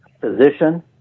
Physician